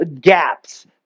gaps